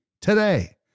today